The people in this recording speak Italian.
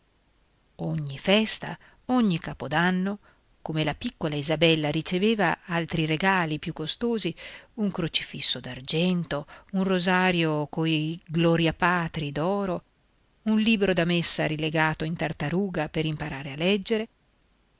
ogni festa ogni capo d'anno come la piccola isabella riceveva altri regali più costosi un crocifisso d'argento un rosario coi gloriapatri d'oro un libro da messa rilegato in tartaruga per imparare a leggere